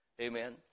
Amen